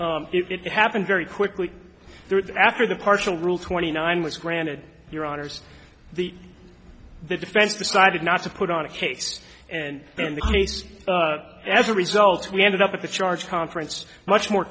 it happened very quickly after the partial rule twenty nine was granted your honour's the the defense decided not to put on a case and in the case as a result we ended up at the charge conference much more